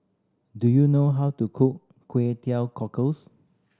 do you know how to cook Kway Teow Cockles